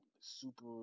super